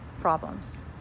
problems